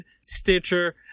stitcher